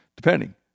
depending